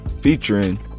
featuring